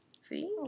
See